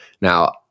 Now